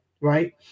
right